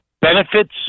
benefits